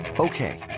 Okay